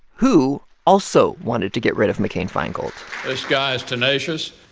who also wanted to get rid of mccain-feingold guy is tenacious,